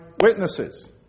witnesses